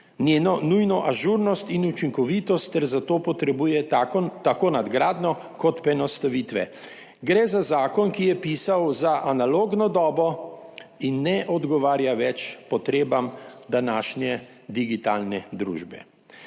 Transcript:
njeno nujno ažurnost in učinkovitost ter za to potrebuje zakon tako nadgradnjo kot poenostavitve. Gre za zakon, ki je pisal za analogno dobo in ne odgovarja več potrebam današnje digitalne družbe.